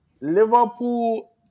Liverpool